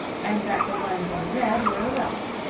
and that the ones in red were the welsh.